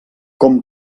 com